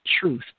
truth